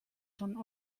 von